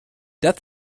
death